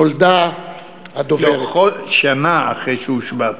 נולדה הדוברת, שנה אחרי שהושבעתי.